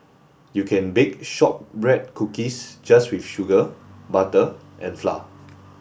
you can bake shortbread cookies just with sugar butter and flour